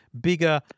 bigger